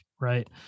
Right